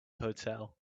hotel